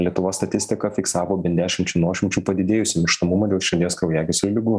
lietuvos statistika fiksavo bent dešimčia nuošimčių padidėjusį mirštamumą dėl širdies kraujagyslių ligų